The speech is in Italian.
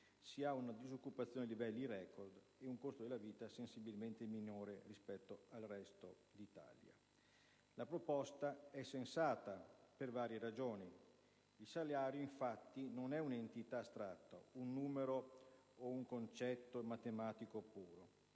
si ha una disoccupazione a livelli *record* e un costo della vita sensibilmente minore rispetto al resto d'Italia. La proposta è sensata per varie ragioni. Il salario, infatti, non è un'entità astratta, un numero o un concetto matematico puro.